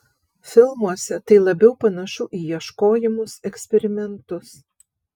filmuose tai labiau panašu į ieškojimus eksperimentus